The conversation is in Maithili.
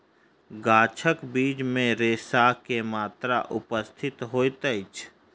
गाछक बीज मे रेशा के मात्रा उपस्थित होइत अछि